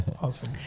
Awesome